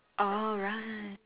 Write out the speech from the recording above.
orh right